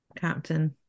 captain